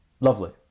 Lovely